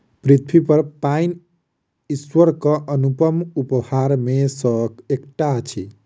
पृथ्वीपर पाइन ईश्वरक अनुपम उपहार मे सॅ एकटा अछि